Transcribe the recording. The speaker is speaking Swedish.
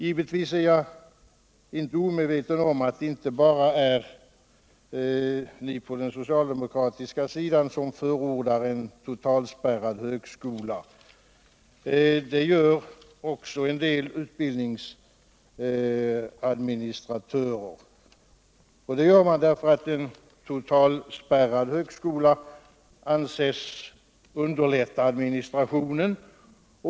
Givetvis är jag inte omedveten om att det inte bara är ni på den socialdemokratiska sidan som förordar en totalspärrad högskola. Det gör också en del utbildningsadministratörer, och de gör det därför att en totalspärrad högskola anses underlätta administrationen.